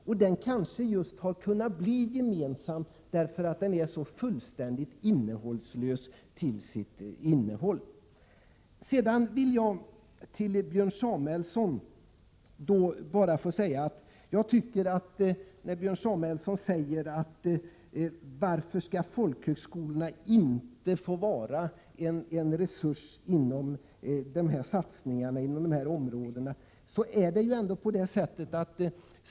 Att man kunnat enas om den beror kanske på att den är så fullständigt innehållslös. Björn Samuelson frågar varför folkhögskolorna inte skall få fungera som en resurs i de satsningar som görs på här berörda områden.